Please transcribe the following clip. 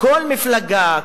כל מפלגה,